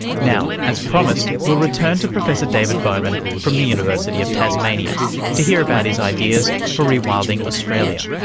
now, as promised, we'll return to professor david bowman from the university of tasmania to hear about his ideas for rewilding australia.